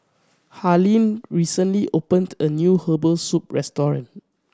Harlene recently opened a new herbal soup restaurant